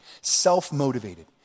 self-motivated